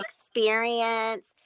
experience